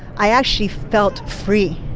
i actually felt free